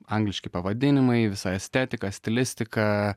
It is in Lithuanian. angliški pavadinimai visa estetika stilistika